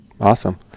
awesome